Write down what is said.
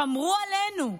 שמרו עלינו.